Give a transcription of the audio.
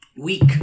Weak